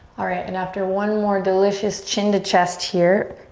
alright, and after one more delicious chin to chest here,